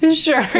sure.